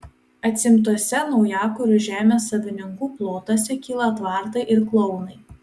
atsiimtuose naujakurių žemės savininkų plotuose kyla tvartai ir kluonai